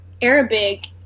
Arabic